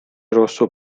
rosso